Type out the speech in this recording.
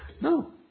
No